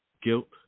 Guilt